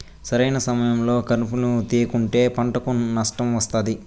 సరైన సమయంలో కలుపును తేయకుంటే పంటకు నష్టం వస్తాది